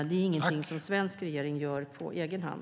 Det är ingenting som en svensk regering gör på egen hand.